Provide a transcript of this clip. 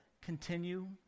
continue